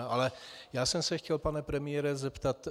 Ale já jsem se chtěl, pane premiére, zeptat.